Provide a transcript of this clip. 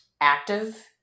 active